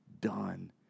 done